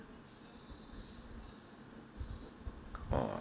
um